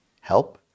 help